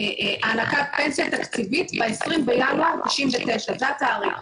הענקת פנסיה תקציבית ב-20 בינואר 99', זה התאריך.